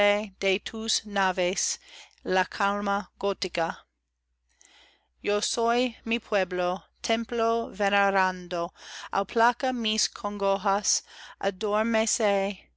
tus naves la calma gótica yo soy mi pueblo templo venerando aplaca mis congojas